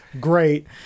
Great